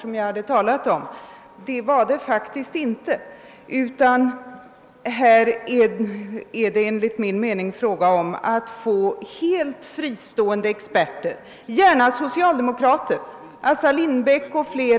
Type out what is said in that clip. Så är faktiskt inte fallet. Enligt min mening är det fråga om att anlita helt fristående experter, gärna socialdemokrater.